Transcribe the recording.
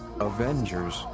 Avengers